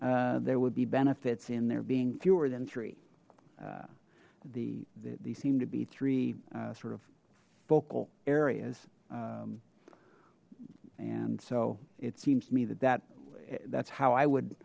there would be benefits in there being fewer than three the they seem to be three sort of focal areas and so it seems to me that that that's how i would